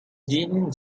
jean